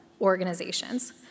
organizations